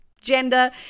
Gender